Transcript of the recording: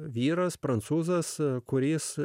vyras prancūzas kuris